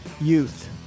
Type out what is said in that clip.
youth